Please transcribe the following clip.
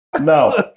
No